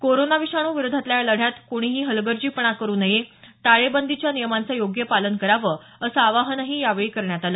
corona विषाणू विरोधातल्या या लढ्यात कोणीही हलगर्जीपणा करू नये टाळेबंदीच्या नियमांचं योग्य पालन करावं असं आवाहनही यावेळी करण्यात आलं